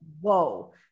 whoa